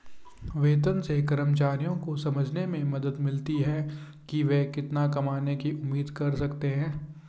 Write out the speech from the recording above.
वेतन से कर्मचारियों को समझने में मदद मिलती है कि वे कितना कमाने की उम्मीद कर सकते हैं